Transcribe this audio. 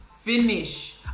Finish